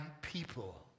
people